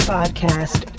Podcast